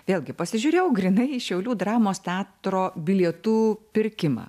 vėlgi pasižiūrėjau grynai į šiaulių dramos teatro bilietų pirkimą